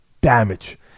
damage